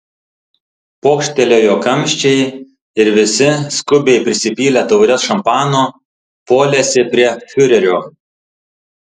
pokštelėjo kamščiai ir visi skubiai prisipylę taures šampano puolėsi prie fiurerio